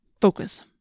Focus